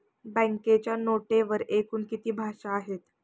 बँकेच्या नोटेवर एकूण किती भाषा आहेत?